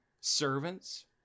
servants